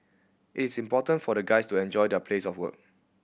it's important for the guys to enjoy their place of work